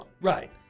Right